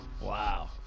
Wow